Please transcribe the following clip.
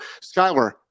Skyler